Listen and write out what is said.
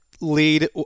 lead